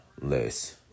less